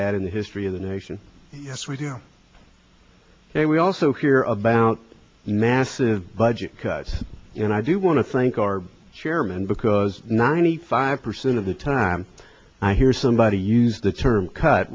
had in the history of the nation yes we do and we also hear about massive budget cuts and i do want to thank our chairman because ninety five percent of the time i hear somebody use the term cut